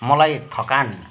मलाई थकान